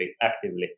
actively